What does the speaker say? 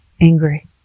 angry